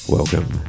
Welcome